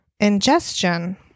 Ingestion